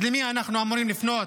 אז למי אנחנו אמורים לפנות?